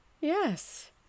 Yes